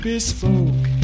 Bespoke